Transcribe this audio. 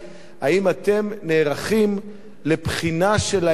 האם אתם נערכים לבחינה של העניין,